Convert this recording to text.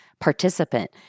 participant